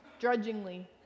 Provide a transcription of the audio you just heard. drudgingly